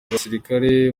abasirikare